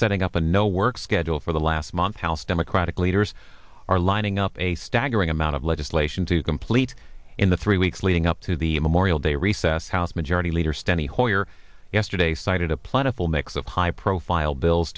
setting up a no work schedule for the last month house democratic leaders are lining up a staggering amount of legislation to complete in the three weeks leading up to the memorial day recess house majority leader standing hoyer yesterday cited a plentiful mix of high profile bills